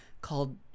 called